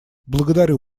благодарю